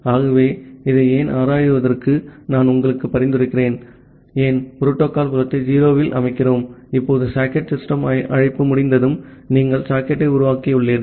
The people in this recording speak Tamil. ஆகவே இதை ஏன் ஆராய்வதற்கு நான் உங்களுக்கு பரிந்துரைக்கிறேன் ஏன் புரோட்டோகால் புலத்தை 0 இல் அமைக்கிறோம் இப்போது சாக்கெட் சிஸ்டம் அழைப்பு முடிந்ததும் நீங்கள் சாக்கெட்டை உருவாக்கியுள்ளீர்கள்